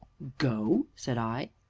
go? said i.